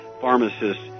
pharmacists